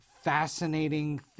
fascinating